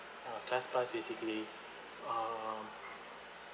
uh class pass basically um